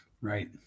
Right